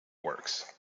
works